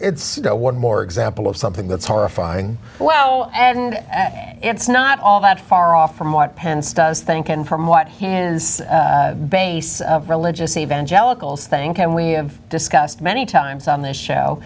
it's one more example of something that's horrifying well and it's not all that far off from what penn state is thinking from what hand base religious evangelicals think and we have discussed many times on this show